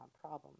problem